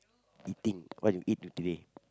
eating what you eat to today